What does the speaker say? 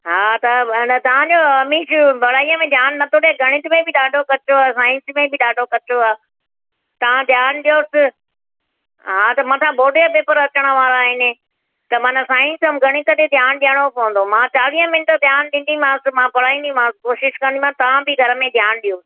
हा त भेण तव्हांजो अमीश पढ़ाईअ में ध्यानु नथो ॾे गणित में बि ॾाढो कचो आहे साइंस में बि ॾाढो कचो आहे तव्झं ध्यानु ॾियोसि हा त मथां बॉड जा पेपर अचणु वारा आहिनि त माना साइंस ऐं गणित ते ध्यानु ॾियणो पवंदो मां चालीह मिंट ध्यानु ॾींदीमांसि मां पढ़ाईंदीमांसि कोशिशि कंदीमांसि तव्हां बि घर में ध्यानु ॾियो